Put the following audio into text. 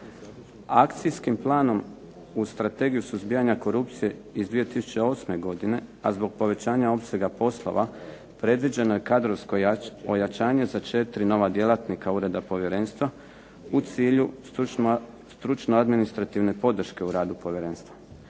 Akcijskim planom u strategiju suzbijanja korupcije iz 2008. godine a zbog povećanja opsega poslova predviđeno je kadrovsko ojačanje za 4 nova djelatnika ureda povjerenstva, u cilju stručno administrativne podrške u radu povjerenstva.